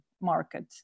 market